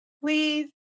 Please